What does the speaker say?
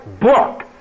book